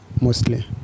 mostly